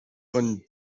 von